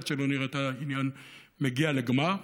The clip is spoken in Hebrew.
עד שלא נראה את העניין מגיע לגמר.